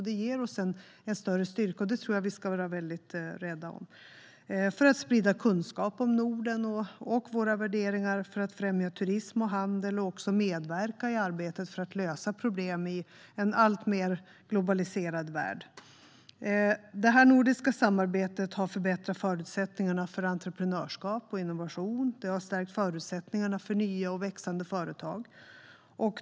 Det ger oss en större styrka, och det tror jag att vi ska vara mycket rädda om för att sprida kunskap om Norden och våra värderingar för att främja turism och handel och också medverka i arbetet för att lösa problem i en alltmer globaliserad värld. Detta nordiska samarbete har förbättrat förutsättningarna för entreprenörskap och innovation. Det har stärkt förutsättningarna för nya och växande företag.